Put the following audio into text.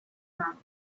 mouth